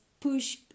push